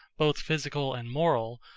both physical and moral,